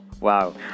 wow